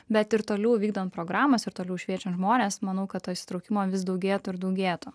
bet ir toliau vykdant programas ir toliau šviečiant žmones manau kad to įsitraukimo vis daugėtų ir daugėtų